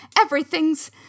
Everything's